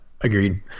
Agreed